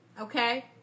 Okay